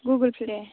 Google Pay